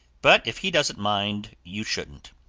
but if he doesn't mind, you shouldn't.